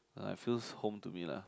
uh it feels home to me lah